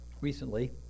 recently